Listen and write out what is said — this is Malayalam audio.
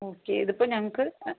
ഓക്കെ ഇതിപ്പോൾ ഞങ്ങൾക്ക്